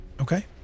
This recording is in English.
Okay